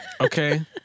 Okay